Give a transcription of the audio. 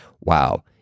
wow